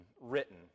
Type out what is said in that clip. written